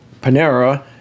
Panera